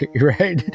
right